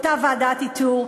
אותה ועדת איתור.